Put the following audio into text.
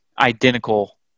identical